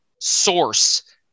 source